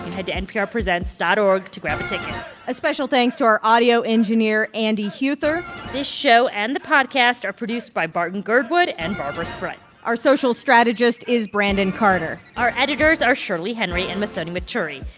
head to nprpresents dot org to grab a ticket a special thanks to our audio engineer, andy huether this show and the podcast are produced by barton girdwood and barbara sprunt our social strategist is brandon carter our editors are shirley henry and muthoni mutori.